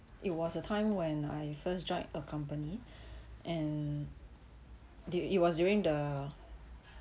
it was a time when I first join a company and they it was during the